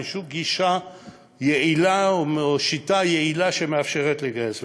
אין שום גישה יעילה או שיטה יעילה שמאפשרת לגייס.